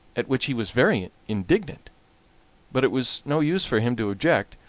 at which he was very indignant but it was no use for him to object,